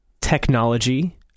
technology